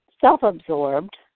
self-absorbed